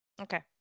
Okay